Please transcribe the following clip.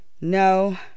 no